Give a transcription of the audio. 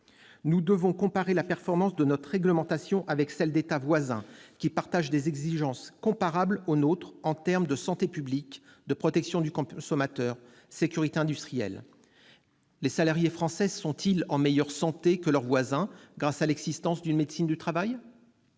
Nous devons comparer la performance de notre réglementation avec celle d'États voisins qui partagent des exigences comparables aux nôtres, en termes de santé publique, de protection du consommateur et de sécurité industrielle. Les salariés français sont-ils en meilleure santé que leurs voisins grâce à l'existence d'une médecine du travail ?